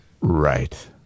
Right